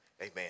Amen